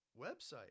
website